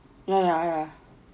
yeah yeah yeah